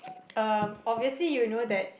um obviously you know that